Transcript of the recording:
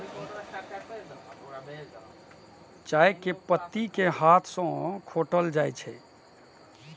चाय के पत्ती कें हाथ सं खोंटल जाइ छै